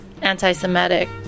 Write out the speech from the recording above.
anti-Semitic